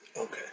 Okay